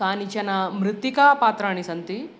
कानिचन मृत्तिकापात्राणि सन्ति